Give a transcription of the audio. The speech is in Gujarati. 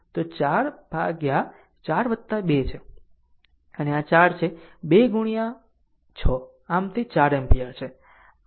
આમ 4 by 4 2 છે અને આ 4 છે 2 r 6 આમ તે 4 એમ્પીયર છે